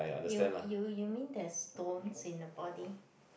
you you you mean there's stones in the body